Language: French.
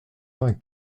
vingt